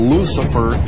Lucifer